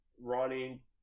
Ronnie